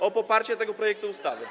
o poparcie tego projektu ustawy.